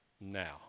now